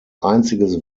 einziges